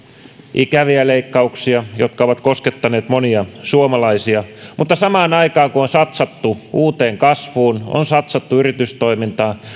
ikäviä leikkauksia jotka ovat koskettaneet monia suomalaisia mutta samaan aikaan kun on satsattu uuteen kasvuun on satsattu yritystoimintaan